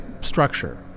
structure